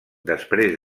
després